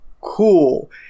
cool